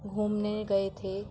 گھومنے گئے تھے